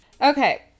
okay